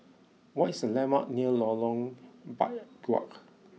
what is the landmarks near Lorong Biawak